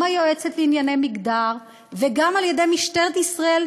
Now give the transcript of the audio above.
גם על-ידי היועצת לענייני מגדר וגם על-ידי משטרת ישראל,